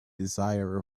desire